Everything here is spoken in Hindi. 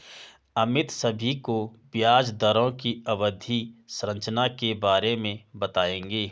अमित सभी को ब्याज दरों की अवधि संरचना के बारे में बताएंगे